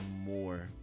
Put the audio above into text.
more